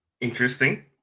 interesting